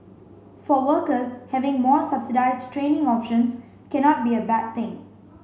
for workers having more subsidised training options cannot be a bad thing